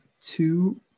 Two